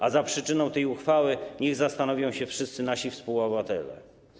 A za przyczyną tej uchwały niech zastanowią się wszyscy nasi współobywatele.